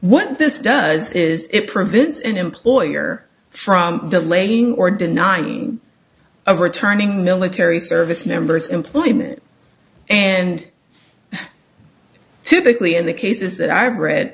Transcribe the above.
at this does is it prevents an employer from the lane or denying a returning military service members employment and typically in the cases that i've read